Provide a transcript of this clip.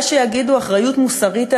יש שיגידו אחריות מוסרית,